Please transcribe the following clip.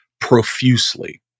profusely